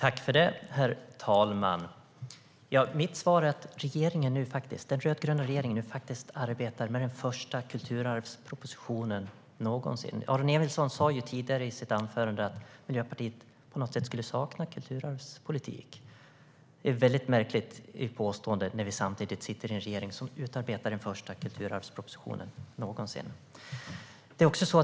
Herr talman! Mitt svar är att den rödgröna regeringen nu faktiskt arbetar med den första kulturarvspropositionen någonsin. Aron Emilsson sa tidigare i sitt anförande att Miljöpartiet på något sätt skulle sakna en kulturarvspolitik. Det är ett mycket märkligt påstående när vi samtidigt sitter i en regering som utarbetar den första kulturarvspropositionen någonsin.